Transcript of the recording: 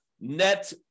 net